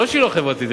לא שהיא לא חברתית.